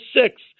Six